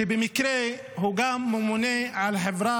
שבמקרה הוא גם הממונה על החברה